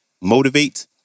motivate